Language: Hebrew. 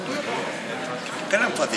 מיוחדות לעניין יישובי מיעוטים) (הוראת שעה),